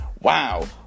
Wow